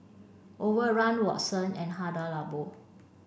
Overrun Watsons and Hada Labo